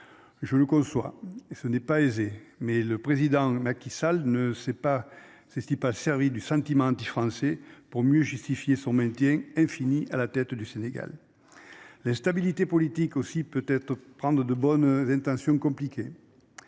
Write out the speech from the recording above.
Je le conçois. Et ce n'est pas aisée, mais le président Macky Sall ne sait pas. C'est ce type pas servi du sentiment antifrançais pour mieux justifier son maintien. À la tête du Sénégal. L'instabilité politique aussi peut être prendre de bonnes intentions compliqué.